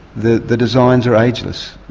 the the designs are ageless,